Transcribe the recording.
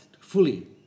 fully